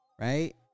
right